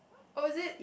oh is it